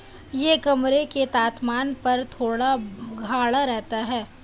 यह कमरे के तापमान पर थोड़ा गाढ़ा रहता है